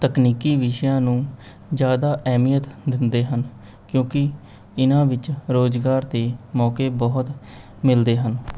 ਤਕਨੀਕੀ ਵਿਸ਼ਿਆਂ ਨੂੰ ਜ਼ਿਆਦਾ ਅਹਿਮੀਅਤ ਦਿੰਦੇ ਹਨ ਕਿਉਂਕਿ ਇਹਨਾਂ ਵਿੱਚ ਰੁਜ਼ਗਾਰ ਦੇ ਮੌਕੇ ਬਹੁਤ ਮਿਲਦੇ ਹਨ